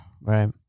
Right